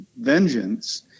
vengeance